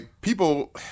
people